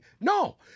No